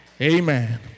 Amen